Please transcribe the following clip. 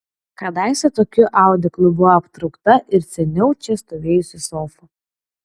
kadaise tokiu audeklu buvo aptraukta ir seniau čia stovėjusi sofa